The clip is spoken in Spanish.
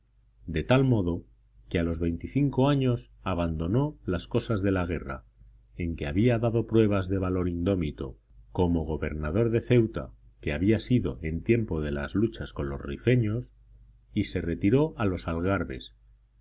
de tal modo que a los veinticinco años abandonó las cosas de la guerra en que había dado pruebas de valor indómito como gobernador de ceuta que había sido en tiempo de las luchas con los rifeños y se retiró a los